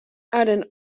haren